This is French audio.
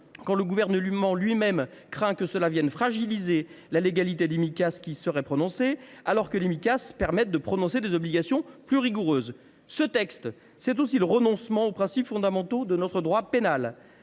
autant, le Gouvernement craint que cela ne vienne « fragiliser la légalité des Micas qui seraient prononcées […], alors que les Micas permettent de prononcer des obligations plus rigoureuses ». Voter ce texte, c’est aussi renoncer aux principes fondamentaux de notre droit pénal,